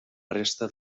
resta